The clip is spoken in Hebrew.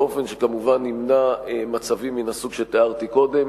באופן שכמובן ימנע מצבים מן הסוג שתיארתי קודם.